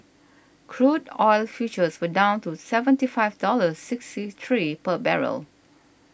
crude oil futures were down to seventy five dollars sixty three per barrel